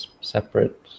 separate